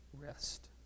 rest